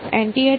nth basis